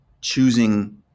choosing